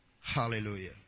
Hallelujah